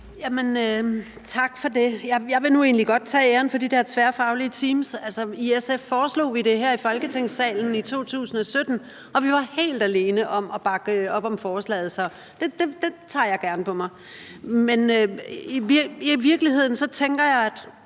Tak for det. Jeg vil nu egentlig godt tage æren for de der tværfaglige teams. I SF foreslog vi det her i Folketingssalen i 2017, og vi var helt alene om at bakke op om forslaget, så den tager jeg gerne på mig. Men i virkeligheden tænker jeg, at